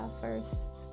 first